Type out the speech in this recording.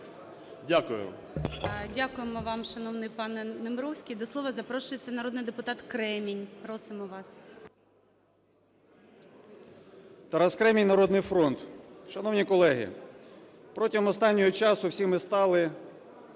Дякуємо вам, шановний пане Немировський. До слова запрошується народний депутат Кремінь, просимо вас. 10:16:35 КРЕМІНЬ Т.Д. Тарас Кремінь, "Народний фронт". Шановні колеги, протягом останнього часу всі ми стали